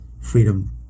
freedom